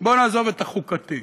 בוא נעזוב את החוקתי,